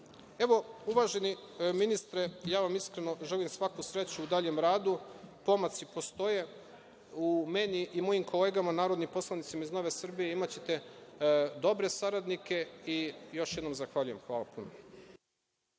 uvaženi ministre, ja vam iskreno želim svaku sreću u daljem radu, pomaci postoje, u meni i mojim kolegama narodnim poslanicima iz Nove Srbije imaćete dobre saradnike i još jednom zahvaljujem. **Veroljub